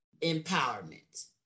empowerment